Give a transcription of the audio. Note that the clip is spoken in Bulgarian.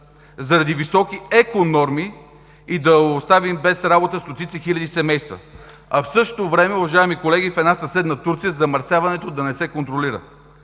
заради високи еко норми и да оставим без работа стотици хиляди семейства, а в същото време, уважаеми колеги, в една съседна Турция замърсяването да не се контролира.